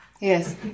Yes